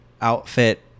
outfit